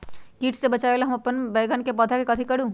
किट से बचावला हम अपन बैंगन के पौधा के कथी करू?